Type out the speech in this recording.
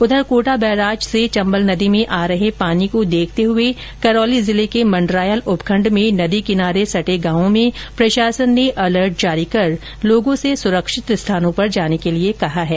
उधर कोटा बैराज से चम्बल नदी में आ रहे पानी को देखते हुए करौली जिले के मंडरायल उपखण्ड में नदी किनारे सटे गांवों में प्रशासन ने अलर्ट जारी कर लोगों से सुरक्षित स्थानों पर जाने के लिए कहा है